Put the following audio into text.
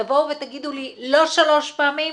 תבואו ותגידו לי, לא שלוש פעמים,